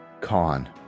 Con